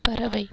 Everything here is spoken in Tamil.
பறவை